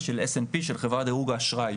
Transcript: S.M.P של חברה דירוג האשראי,